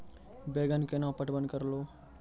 बैंगन केना पटवन करऽ लो?